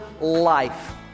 life